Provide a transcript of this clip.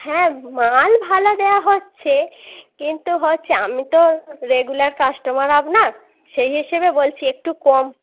হ্যাঁ মাল ভালো দেওয়া হচ্ছে কিন্তু হচ্ছে আমি তো রেগুলার কাস্টমার আপনার সেই হিসেবে বলছি একটু কম